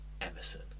Emerson